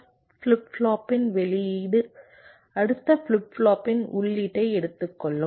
flip ஃப்ளாப்பின் வெளியீடு அடுத்த ஃபிளிப் ஃப்ளாப்பின் உள்ளீட்டை எடுத்துக்கொள்ளும்